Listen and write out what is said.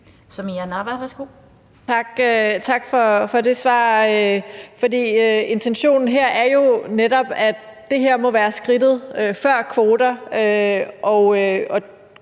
Samira Nawa (RV): Tak for det svar, for intentionen her er jo netop, at det her må være skridtet før kvoter,